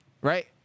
Right